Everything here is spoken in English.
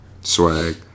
Swag